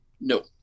no